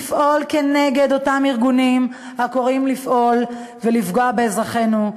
לפעול כנגד אותם ארגונים הקוראים לפעול ולפגוע באזרחינו,